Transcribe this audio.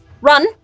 run